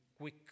quick